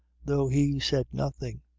though he said nothing.